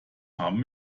haben